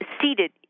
seated